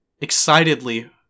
excitedly